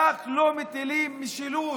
כך לא מטילים משילות.